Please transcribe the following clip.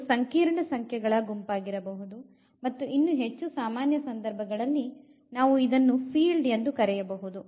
ಇದು ಸಂಕೀರ್ಣ ಸಂಖ್ಯೆಗಳ ಗುಂಪಾಗಿರಬಹುದು ಮತ್ತು ಇನ್ನೂ ಹೆಚ್ಚು ಸಾಮಾನ್ಯ ಸಂದರ್ಭಗಳಲ್ಲಿ ನಾವು ಇದನ್ನು ಫೀಲ್ಡ್ ಎಂದು ಕರೆಯಬಹುದು